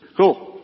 cool